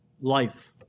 life